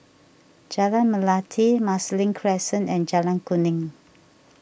Jalan Melati Marsiling Crescent and Jalan Kuning